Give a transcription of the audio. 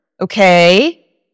Okay